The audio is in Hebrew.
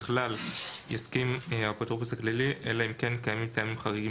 ככלל יסכים האפוטרופוס הכללי אלא אם כן קיימים טעמים חריגים